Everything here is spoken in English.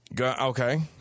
Okay